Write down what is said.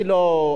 אני לא,